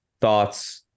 thoughts